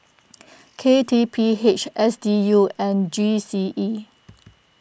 K T P H S D U and G C E